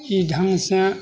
ई ढङ्ग से